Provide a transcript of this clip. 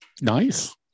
Nice